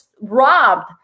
robbed